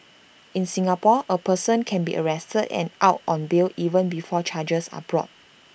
in Singapore A person can be arrested and out on bail even before charges are brought